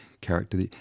character